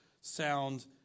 sound